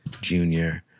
Junior